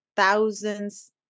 thousands